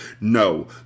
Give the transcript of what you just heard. No